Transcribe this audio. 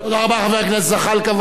חבר הכנסת זחאלקה, בבקשה.